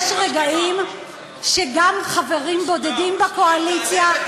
יש רגעים שגם חברים בודדים בקואליציה צריכים,